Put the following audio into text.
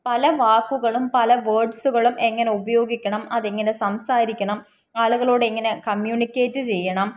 പല വാക്കുകളും പല വേർഡ്സുകളും എങ്ങനെ ഉപയോഗിക്കണം അതെങ്ങനെ സംസാരിക്കണം ആളുകളോട് എങ്ങനെ കമ്മ്യൂണിക്കേറ്റ് ചെയ്യണം